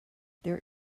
there